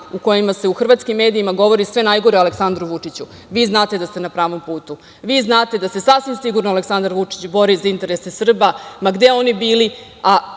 u kojima se u hrvatskim medijima govori sve najgore o Aleksandru Vučiću, vi znate da ste na pravom putu, vi znate da se sasvim sigurno Aleksandar Vučić bori za interese Srba, ma gde oni bili,